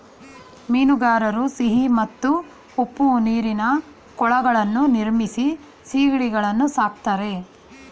ಮೀನುಗಾರರು ಸಿಹಿ ಮತ್ತು ಉಪ್ಪು ನೀರಿನ ಕೊಳಗಳನ್ನು ನಿರ್ಮಿಸಿ ಸಿಗಡಿಗಳನ್ನು ಸಾಕ್ತರೆ